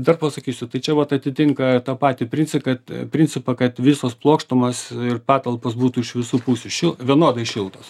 dar pasakysiu tai čia vat atitinka tą patį princi kad principą kad visos plokštumos ir patalpos būtų iš visų pusių ši vienodai šiltos